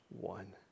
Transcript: one